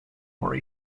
more